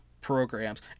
programs